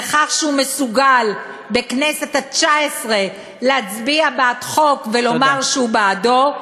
בכך שהוא מסוגל בכנסת התשע-עשרה להצביע בעד חוק ולומר שהוא בעדו,